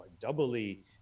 doubly